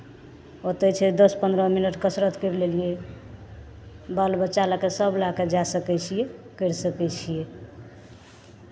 ओतय छै दस पन्द्रह मिनट कसरत करि लेलियै बाल बच्चा लऽ कऽ सभ लऽ कऽ जाए सकै छियै करि सकै छियै